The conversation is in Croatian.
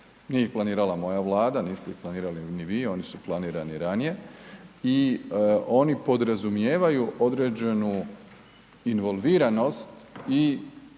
ih planirala moja Vlada, niste ih planirali ni vi, oni su planirani ranije i oni podrazumijevaju određenu involviranost i